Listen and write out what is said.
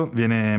viene